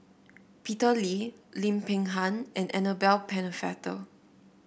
Peter Lee Lim Peng Han and Annabel Pennefather